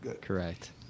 Correct